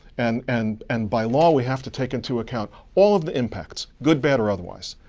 and and and by law, we have to take into account all of the impacts, good, bad, or otherwise.